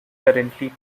currently